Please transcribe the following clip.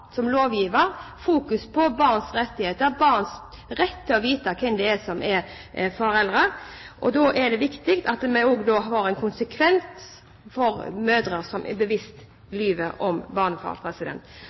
som lovgiver er nødt til å fokusere på barns rettigheter, barns rett til å vite hvem som er foreldrene. Da er det viktig at det også får en konsekvens for mødre som bevisst lyver om hvem som er